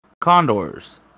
Condors